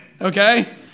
Okay